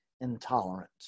intolerant